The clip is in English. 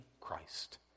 Christ